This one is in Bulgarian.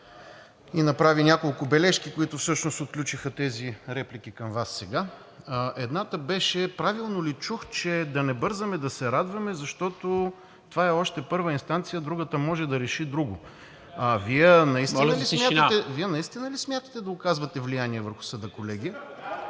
и направи няколко бележки, които всъщност отключиха тези реплики към Вас сега. Едната беше, правилно ли чух, че да не бързаме да се радваме, защото това е още първа инстанция, другата може да реши друго? А Вие наистина ли... ПРЕДСЕДАТЕЛ НИКОЛА МИНЧЕВ: Моля